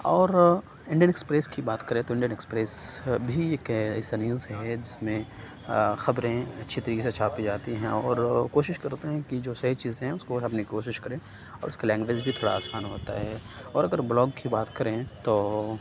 اور Indian Express کی بات کریں تو انڈین ایکسپریس بھی ایک ایسا نیوز ہے جس میں خبریں اچھی طریقے سے چھاپی جاتی ہیں اور کوشش کرتے ہیں کہ جو صحیح چیزیں ہیں اُس کو اپنی کوشش کریں اور اِس کا لینگویج بھی تھوڑا آسان ہوتا ہے اور اگر بلاگ کی بات کریں تو